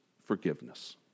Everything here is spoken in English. forgiveness